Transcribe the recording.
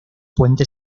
puente